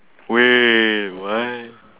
wait what